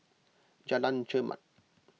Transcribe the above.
Jalan Chermat